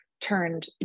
turned